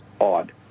odd